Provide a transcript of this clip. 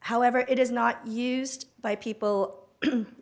however it is not used by people